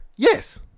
Yes